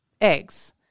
eggs